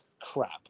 crap